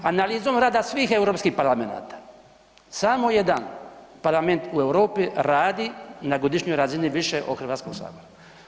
Analizom rada svih europskih parlamenata, samo jedan parlament u Europi radi na godišnjoj razini više od Hrvatskog sabora.